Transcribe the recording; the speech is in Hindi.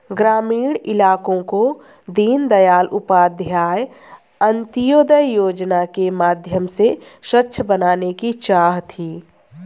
ग्रामीण इलाकों को दीनदयाल उपाध्याय अंत्योदय योजना के माध्यम से स्वच्छ बनाने की चाह थी